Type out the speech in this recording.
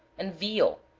and veal,